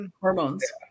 Hormones